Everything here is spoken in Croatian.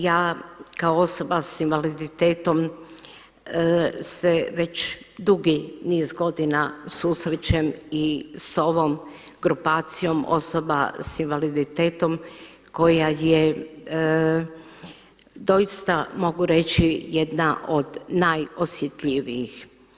Ja kao osoba sa invaliditetom se već dugi niz godina susrećem i s ovom grupacijom osoba sa invaliditetom koja je doista mogu reći jedna od najosjetljivijih.